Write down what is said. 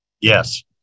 Yes